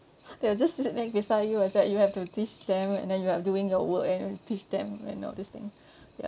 they will just sit next beside you as that you have to teach them and then you are doing your work and teach them and all this thing ya